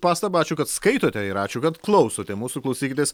pastabą ačiū kad skaitote ir ačiū kad klausote mūsų klausykitės